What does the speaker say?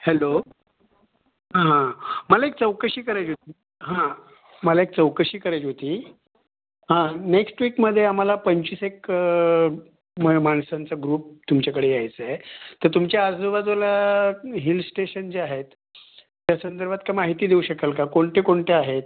hello हां मला एक चौकशी करायची होती हां मला एक चौकशी करायची होती हां नेक्स्ट वीकमध्ये आम्हाला पंचवीस एक मय माणसांचा ग्रुप तुमच्याकडे यायचं आहे तर तुमच्या आजूबाजूला हिल स्टेशन जे आहेत त्या संदर्भात का माहिती देऊ शकाल का कोणते कोणते आहेत